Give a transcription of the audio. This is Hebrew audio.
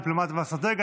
דיפלומטיה ואסטרטגיה,